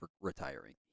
retiring